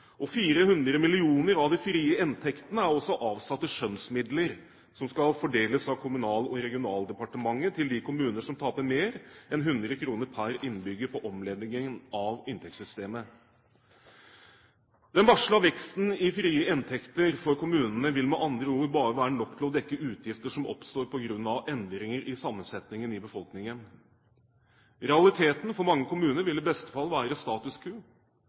400 mill. kr av de frie inntektene er også avsatt til skjønnsmidler, som skal fordeles av Kommunal- og regionaldepartementet til de kommuner som taper mer enn 100 kr pr. innbygger på omleggingen av inntektssystemet. Den varslede veksten i frie inntekter for kommunene vil med andre ord bare være nok til å dekke utgifter som oppstår på grunn av endringer i sammensetningen i befolkningen. Realiteten for mange kommuner vil i beste fall være status